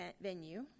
venue